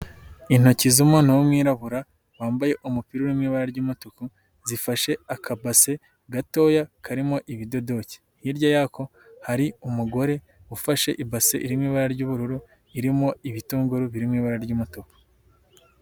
Intoki zumuntu w'umwirabura, wambaye umupira w'ibara ry'umutuku, zifashe akabase gatoya karimo ibiduduki, hirya yako hari umugore ufashe ibase iri mu ibara ry'ubururu, irimo ibitunguru biri mu ibara ry'umutuku.